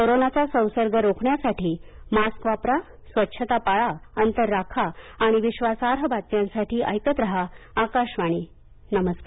कोरोनाचा संसर्ग रोखण्यासाठी मास्क वापरा स्वच्छता पाळा अंतर राखा आणि विश्वासार्ह बातम्यांसाठी ऐकत रहा आकाशवाणी नमस्कार